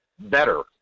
Better